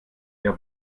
ihr